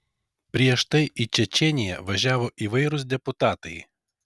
prieš tai į čečėniją važiavo įvairūs deputatai